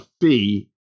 fee